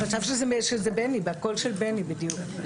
חשב שזה בני זה הקול של בני בדיוק.